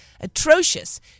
atrocious